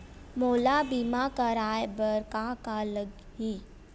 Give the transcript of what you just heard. मोला बीमा कराये बर का का लगही?